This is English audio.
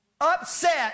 upset